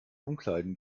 umkleiden